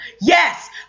yes